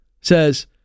says